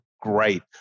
great